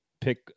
pick